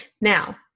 Now